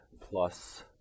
plus